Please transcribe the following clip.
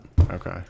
okay